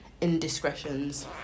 indiscretions